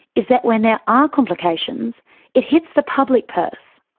is that when there are complications it hits the public purse.